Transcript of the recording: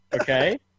okay